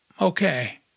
Okay